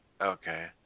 Okay